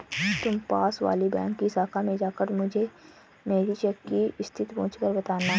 तुम पास वाली बैंक की शाखा में जाकर मुझे मेरी चेक की स्थिति पूछकर बताना